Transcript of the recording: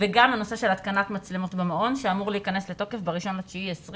וגם הנושא של התקנת מצלמות במעון שאמור להיכנס לתוקף ב-1 בספטמבר 2020,